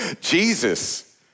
Jesus